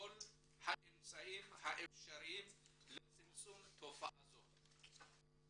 כל האמצעים האפשריים לצמצום תופעה זאת.